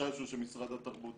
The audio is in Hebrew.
החשש הוא שמשרד התרבות